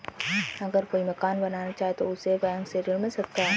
अगर कोई मकान बनाना चाहे तो उसे बैंक से ऋण मिल सकता है?